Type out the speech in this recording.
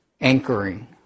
Anchoring